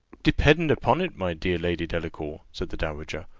depend upon it, my dear lady delacour, said the dowager,